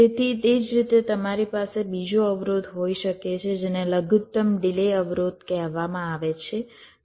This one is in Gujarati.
તેથી તે જ રીતે તમારી પાસે બીજો અવરોધ હોઈ શકે છે જેને લઘુત્તમ ડિલે અવરોધ કહેવામાં આવે છે